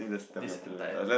this entire thing